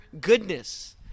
goodness